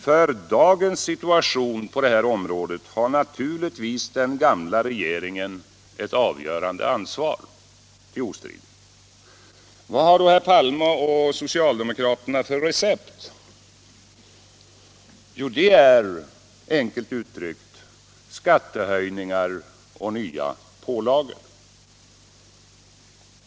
För dagens situation på det här området har naturligtvis den gamla regeringen ett avgörande ansvar — det är ostridigt. Vad har då herr Palme och socialdemokraterna för recept? Jo, det är enkelt uttryckt skattehöjningar och nya pålagor.